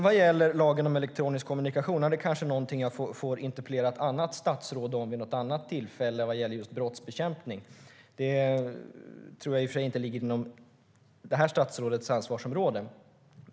Vad gäller lagen om elektronisk kommunikation och brottsbekämpning får jag nog interpellera ett annat statsråd vid ett annat tillfälle eftersom det inte ligger inom statsrådets ansvarsområde.